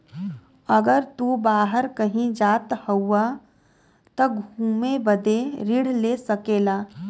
अगर तू बाहर कही जात हउआ त घुमे बदे ऋण ले सकेला